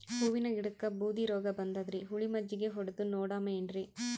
ಹೂವಿನ ಗಿಡಕ್ಕ ಬೂದಿ ರೋಗಬಂದದರಿ, ಹುಳಿ ಮಜ್ಜಗಿ ಹೊಡದು ನೋಡಮ ಏನ್ರೀ?